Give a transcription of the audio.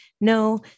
no